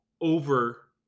over